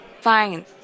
Fine